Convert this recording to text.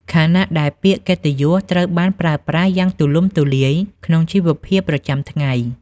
ខណៈដែលពាក្យកិត្តិយសត្រូវបានប្រើប្រាស់យ៉ាងទូលំទូលាយក្នុងជីវភាពប្រចាំថ្ងៃ។